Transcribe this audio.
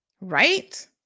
Right